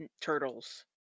Turtles